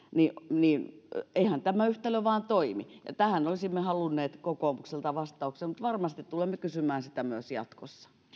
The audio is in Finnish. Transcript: eihän tämä yhtälö vain toimi tähän olisimme halunneet kokoomukselta vastauksen mutta varmasti tulemme kysymään sitä myös jatkossa